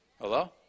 Hello